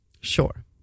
Sure